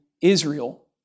Israel